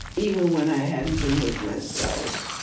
even when i hadn't been with myself.